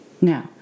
now